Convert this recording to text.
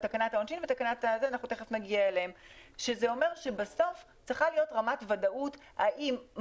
זה אומר שצריכה להיות רמת ודאות גבוהה לגבי